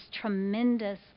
tremendous